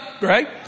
right